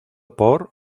por